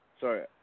Sorry